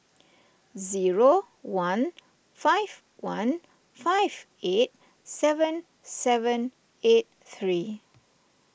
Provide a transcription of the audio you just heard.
zero one five one five eight seven seven eight three